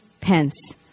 Pence